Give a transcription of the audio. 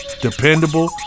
dependable